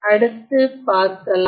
அடுத்து பார்க்கலாம்